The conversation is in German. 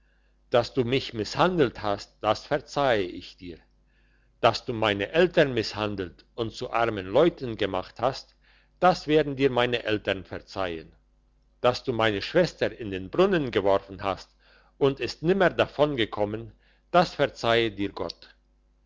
dass du mich misshandelt hast das verzeihe ich dir dass du meine eltern misshandelt und zu armen leuten gemacht hast das werden dir meine eltern verzeihen dass du meine schwester in den brunnen geworfen hast und ist nimmer davongekommen das verzeihe dir gott